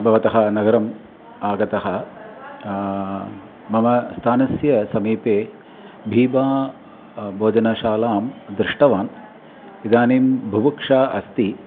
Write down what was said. भवतः नगरम् आगतः मम स्थानस्य समीपे भीबा भोजनशालां दृष्टवान् इदानीं भुभुक्षा अस्ति